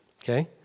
okay